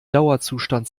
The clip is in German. dauerzustand